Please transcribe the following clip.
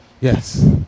Yes